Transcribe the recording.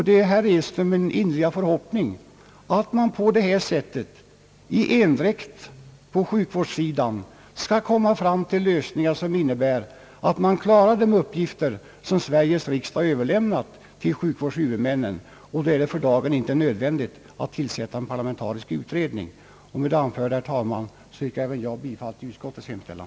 Det är, herr Edström, min varma förhoppning att man på det sättet i endräkt på sjukvårdssidan skall komma fram till lösningar, som innebär att man klarar de uppgifter vilka Sveriges riksdag överlämnat till sjukvårdens huvudmän. Det är för dagen inte nödvändigt att tillsätta en parlamentarisk utredning. Med det anförda, herr talman, yrkar jag bifall till utskottets hemställan.